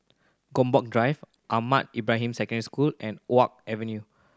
Gombak Drive Ahmad Ibrahim Secondary School and Oak Avenue